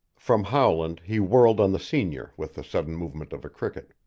from howland he whirled on the senior with the sudden movement of a cricket.